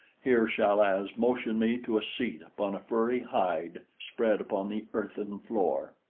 here chal-az motioned me to a seat upon a furry hide spread upon the earthen floor.